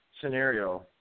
scenario